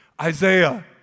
Isaiah